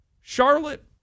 Charlotte